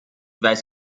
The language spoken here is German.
weiß